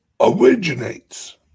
originates